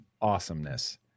awesomeness